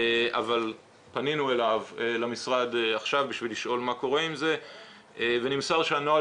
אבל פנינו למשרד עכשיו בשביל לשאול מה קורה עם זה ונמסר שהנוהל